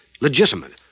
legitimate